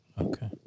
Okay